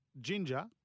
Ginger